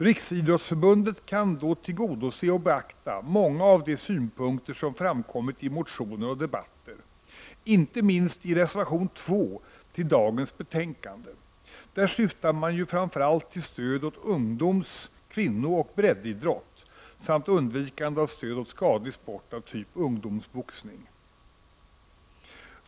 Riksidrottsförbundet kan då tillgodose och beakta många av de synpunkter som framkommit i motioner och debatter, inte minst i reservation 2 till dagens betänkande. Där syftar man ju framför allt till stöd åt ungdoms-, kvinnooch breddidrott, samt undvikande av stöd åt skadlig sport av typen ungdomsboxning.